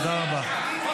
תודה רבה.